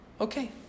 Okay